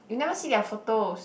you never see their photos